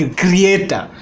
creator